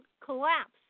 collapse